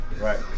Right